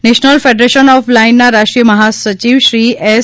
national federation of બ્લાઇન્ડના રાષ્ટ્રીય મહા સચિવ શ્રી એસ